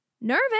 nervous